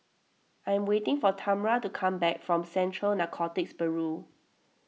I am waiting for Tamra to come back from Central Narcotics Bureau